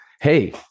hey